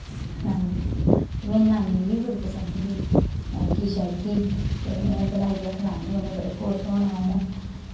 नानी ते में नानी गी बी बड़ी पसंद ही मैह्गी शैह्गी ते में बनाइयै खलानी उ'नें ते बड़े खुश होना उ'नें